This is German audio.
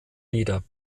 lieder